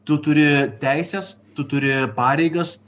tu turi teises tu turi pareigas